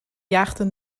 jaagden